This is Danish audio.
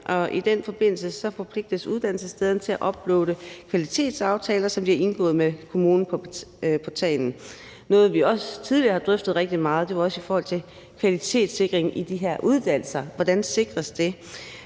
I den forbindelse forpligtes uddannelsesstederne også til uploade kvalitetsaftaler, som de har indgået med kommunen, på portalen. Noget, vi også tidligere har drøftet rigtig meget, er kvalitetssikring i de her uddannelser, og hvordan det